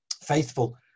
faithful